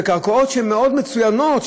בקרקעות שהן ממש מצוינות,